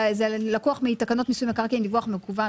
זה לקוח מתקנות מיסוי מקרקעין, דיווח מקוון.